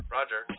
Roger